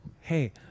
hey